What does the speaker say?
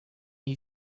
you